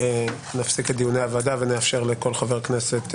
נפסיק את דיוני הוועדה ונאפשר לכל חבר כנסת,